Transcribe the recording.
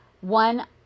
one